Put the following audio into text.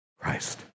Christ